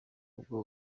ubwo